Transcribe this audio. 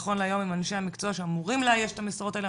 נכון להיום הם אנשי המקצוע שאמורים לאייש את המשרות האלה,